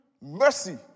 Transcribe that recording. Mercy